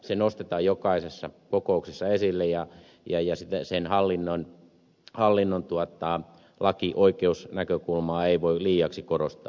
se nostetaan jokaisessa kokouksessa esille ja sen hallinnon laki ja oikeusnäkökulmaa ei voi liiaksi korostaa